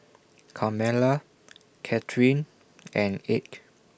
Carmella Kathrine and Ike